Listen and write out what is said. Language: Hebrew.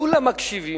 כולם מקשיבים,